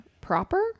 proper